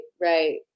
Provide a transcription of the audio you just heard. Right